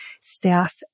staff